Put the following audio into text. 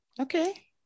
Okay